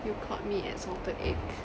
you caught me at salted egg